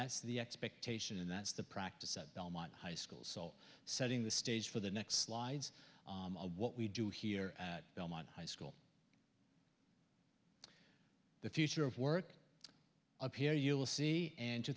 that's the expectation and that's the practice at belmont high school so setting the stage for the next slides what we do here at belmont high school the future of work up here you will see in two